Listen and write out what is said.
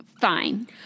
Fine